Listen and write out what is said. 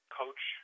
coach